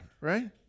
right